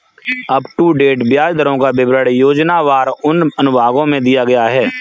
up to date ब्याज दरों का विवरण योजनावार उन अनुभागों में दिया गया है